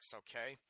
okay